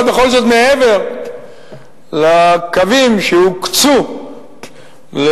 אבל בכל זאת מעבר לקווים שהוקצו למדינת